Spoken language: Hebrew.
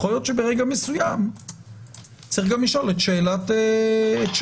יכול להיות שברגע מסוים צריך גם לשאול את שאלת העלות.